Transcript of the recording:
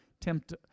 tempt